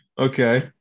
Okay